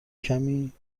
کمی